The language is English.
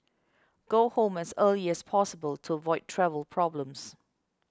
go home as early as possible to avoid travel problems